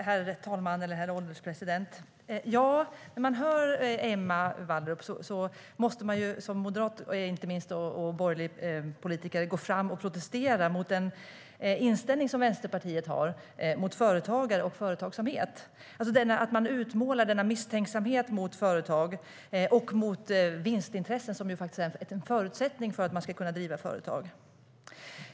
Herr ålderspresident! När jag hör Emma Wallrup måste jag som moderat och borgerlig politiker protestera mot Vänsterpartiets inställning till företagare och företagsamhet, denna misstänksamhet mot företag och mot vinstintressen, som ju faktiskt är en förutsättning för att man ska kunna driva företag.